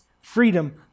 freedom